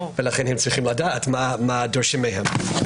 הם צריכים לדעת מה דורשים מהם.